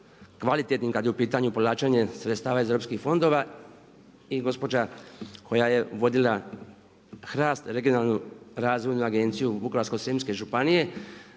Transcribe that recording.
kvalitetnim kada je u pitanju povlačenje sredstava iz europskih fondova i gospođa koja je vodila HRAST Regionalnu razvoju agenciju Vukovarsko-srijemske županije